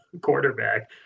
quarterback